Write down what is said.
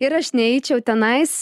ir aš neičiau tenais